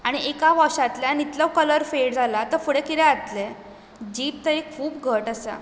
आनी एका वॉशांतल्यान इतलो कलर फेड जाला आतां फुडें कितें जातलें जीप ताची खूब घट्ट आसा